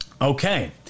Okay